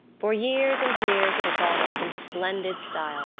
for years and years it had gone off in splendid style,